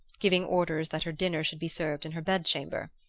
giving orders that her dinner should be served in her bed-chamber.